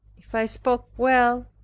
if i spoke well,